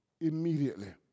immediately